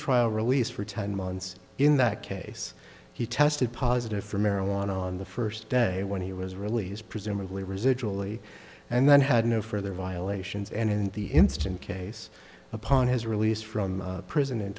trial release for ten months in that case he tested positive for marijuana on the first day when he was really his presumably residually and then had no further violations and in the instant case upon his release from prison in